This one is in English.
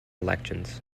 elections